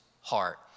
heart